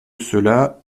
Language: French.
cela